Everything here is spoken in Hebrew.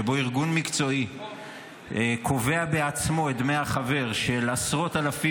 שבו ארגון מקצועי קובע בעצמו את דמי החבר של עשרות אלפים